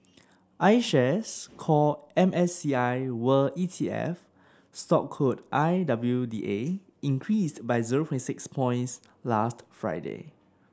IShares Core M S C I World E T F stock code I W D A increased by zero six points last Friday